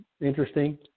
interesting